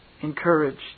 encouraged